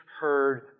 heard